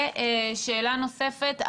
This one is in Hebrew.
ושאלה נוספת,